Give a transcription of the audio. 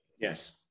Yes